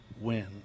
win